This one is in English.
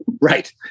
Right